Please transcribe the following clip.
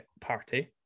party